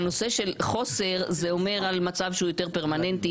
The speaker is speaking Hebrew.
הנושא של חוסר זה אומר על מצב שהוא יותר פרמננטי